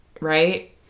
right